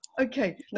Okay